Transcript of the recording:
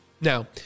Now